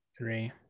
three